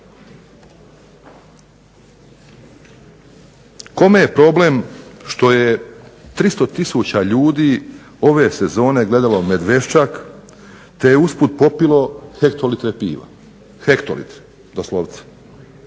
kome je problem što je 300 tisuća ljudi ove sezone gledalo Medveščak te je uz put popilo hektolitre pive, hektolitre doslovce.